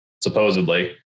supposedly